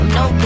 no